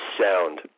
sound